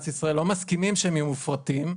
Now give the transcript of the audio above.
ישראל לא מסכימים שהם יהיו מופרטים,